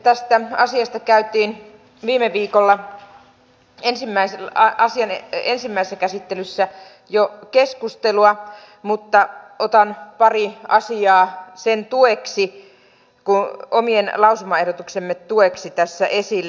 tästä asiasta käytiin jo viime viikolla ensimmäisessä käsittelyssä keskustelua mutta otan pari asiaa omien lausumaehdotustemme tueksi tässä esille